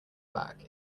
back